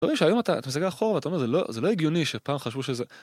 ... שהיום אתה מסתכל אחורה, זה לא הגיוני שפעם חשבו שזה